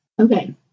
Okay